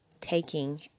taking